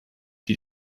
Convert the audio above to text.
die